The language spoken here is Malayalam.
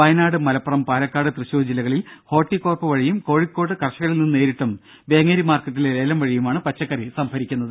വയനാട് മലപ്പുറം പാലക്കാട് തൃശൂർ ജില്ലകളിൽ ഹോർട്ടികോർപ്പ് വഴിയും കോഴിക്കോട്ട് കർഷകരിൽ നിന്ന് നേരിട്ടും വേങ്ങേരി മാർക്കറ്റിലെ ലേലം വഴിയുമാണ് പച്ചക്കറി സംഭരിക്കുന്നത്